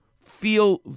feel